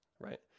Right